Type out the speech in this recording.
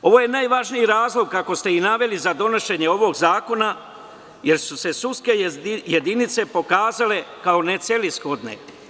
Ovo je i najvažniji razlog, kako ste naveli, donošenje ovog zakona, jer su se sudske jedinice pokazale kao necelishodne.